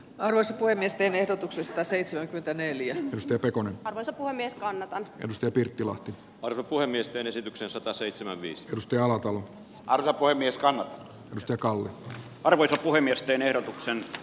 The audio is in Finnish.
alussa puhemiesten ehdotuksesta seitsemänkymmentäneljä stevecon arvoisa puhemies kannatan hevosten pirttilahti varapuhemiesten esityksen sataseitsemän viistosti alatalo alkoi mies kannon nokalle arvoille puhemiesten erotuksen